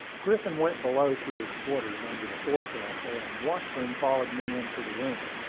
griffin went below to his quarters under the forecastle, and washburn followed me into the room.